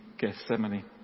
Gethsemane